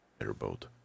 Airboat